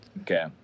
okay